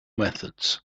methods